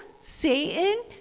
satan